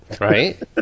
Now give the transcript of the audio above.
Right